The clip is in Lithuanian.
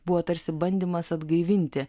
buvo tarsi bandymas atgaivinti